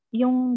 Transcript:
yung